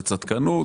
בצדקנות,